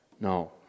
No